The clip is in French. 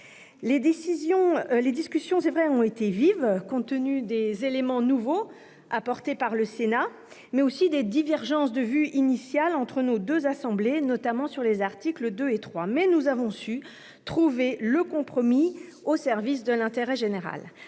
Les discussions ont été vives, compte tenu des éléments nouveaux que le Sénat a introduits dans le texte et des divergences de vues initiales entre nos deux assemblées, notamment sur les articles 2 et 3, mais nous avons su trouver des compromis au service de l'intérêt général.